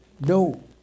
No